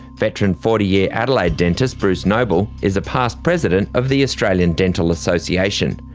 veteran forty year adelaide dentist bruce noble is a past president of the australian dental association.